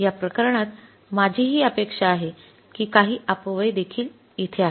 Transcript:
या प्रकरणात माझीही अपेक्षा आहे की काही अपव्यय देखील तेथे आहेत